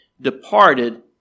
departed